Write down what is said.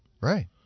Right